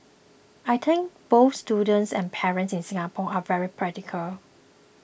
I think both students and parents in Singapore are very practical